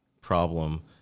problem